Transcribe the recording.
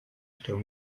stau